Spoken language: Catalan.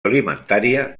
alimentària